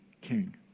king